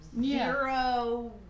zero